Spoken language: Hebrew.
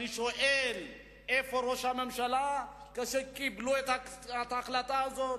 אני שואל איפה היה ראש הממשלה כשקיבלו את ההחלטה הזאת,